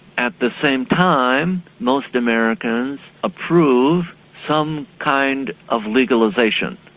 at the same time, most americans approve some kind of legalisation,